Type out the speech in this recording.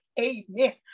Amen